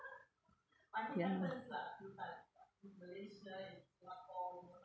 ya